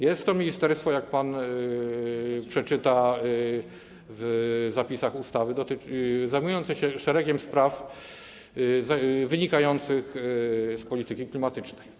Jest to ministerstwo, jak pan przeczyta w zapisach ustawy, zajmujące się szeregiem spraw wynikających z polityki klimatycznej.